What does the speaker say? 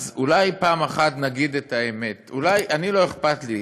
אז אולי פעם אחת נגיד את האמת: לא אכפת לי